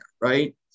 right